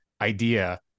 idea